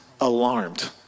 alarmed